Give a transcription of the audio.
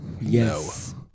Yes